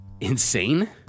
insane